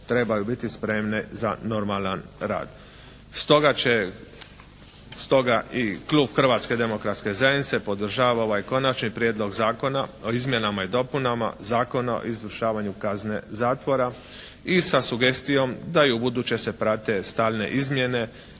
trebaju biti spremne za normalan rad. Stoga i klub Hrvatske demokratske zajednice podržava ovaj konačni prijedlog zakona o izmjenama i dopunama Zakona o izvršavanju kazne zatvora i sa sugestijom da i ubuduće se prate stalne izmjene